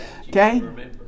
Okay